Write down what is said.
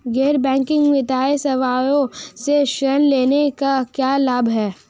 गैर बैंकिंग वित्तीय सेवाओं से ऋण लेने के क्या लाभ हैं?